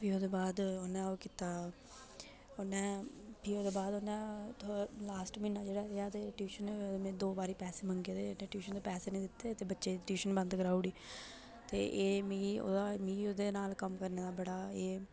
फ्ही ओह्दे बाद उ'नेंओह कीता उ'नें फ्ही ओह्दे बाद उ'नें लास्ट म्हीना जेह्ड़ा रेहा ते ट्यूशन दो बारी पैसे मंगे ते ट्यूशन दे पैसे निं दित्ते बच्चें ई ट्यूशन बंद कराई ओड़ी ते एह् मिगी ओह्दा मिगी ओह्दे बाद कम्म करने दा बड़ा एह्